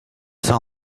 son